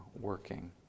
working